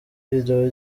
videwo